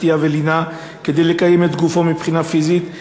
שתייה ולינה כדי לקיים את גופו מבחינה פיזית,